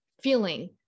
feeling